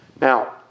Now